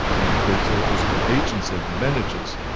and that's also what agents said and managers.